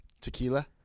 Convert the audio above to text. tequila